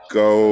go